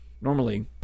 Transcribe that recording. Normally